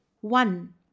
one